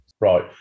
Right